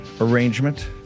arrangement